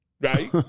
right